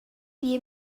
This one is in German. wir